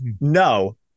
No